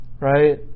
Right